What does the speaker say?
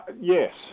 Yes